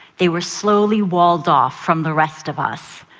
they were slowly walled off from the rest of us.